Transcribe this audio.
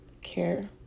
care